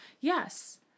Yes